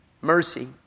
Mercy